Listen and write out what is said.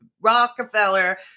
Rockefeller